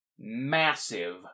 massive